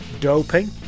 doping